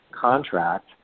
contract